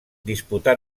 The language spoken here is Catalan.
disputà